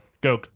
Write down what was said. go